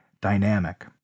dynamic